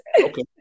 Okay